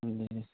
جی